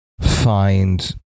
find